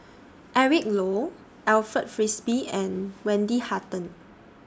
Eric Low Alfred Frisby and Wendy Hutton